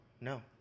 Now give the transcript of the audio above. No